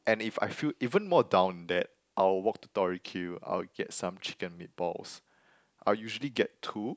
and if I feel even more down then I would walk to Tori Q I would get some chicken meat balls I'll usually get two